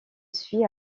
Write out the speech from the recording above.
suit